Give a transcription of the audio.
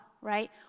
right